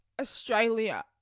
Australia